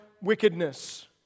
wickedness